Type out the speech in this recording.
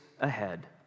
ahead